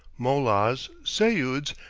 mollahs, seyuds,